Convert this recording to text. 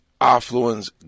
affluence